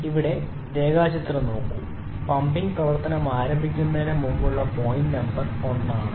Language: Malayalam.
ഇവിടെ രേഖാചിത്രം നോക്കൂ പമ്പിംഗ് പ്രവർത്തനം ആരംഭിക്കുന്നതിന് മുമ്പുള്ള പോയിന്റ് നമ്പർ 1 ആണ്